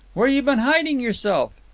where you been hiding yourself?